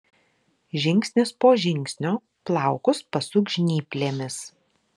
žingsnis po žingsnio plaukus pasuk žnyplėmis